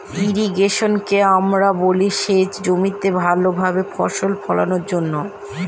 ইর্রিগেশনকে আমরা বলি সেচ জমিতে ভালো ভাবে ফসল ফোলানোর জন্য